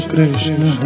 Krishna